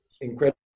incredible